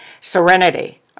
Serenity